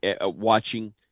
watching